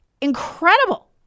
incredible